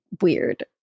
weird